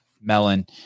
melon